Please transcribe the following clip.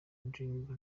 ndirimbo